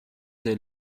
der